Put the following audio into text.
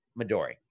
Midori